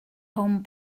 home